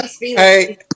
Hey